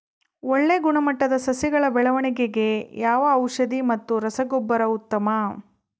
ಒಳ್ಳೆ ಗುಣಮಟ್ಟದ ಸಸಿಗಳ ಬೆಳವಣೆಗೆಗೆ ಯಾವ ಔಷಧಿ ಮತ್ತು ರಸಗೊಬ್ಬರ ಉತ್ತಮ?